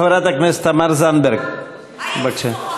חברת הכנסת תמר זנדברג, בבקשה.